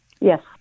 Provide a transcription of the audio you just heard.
Yes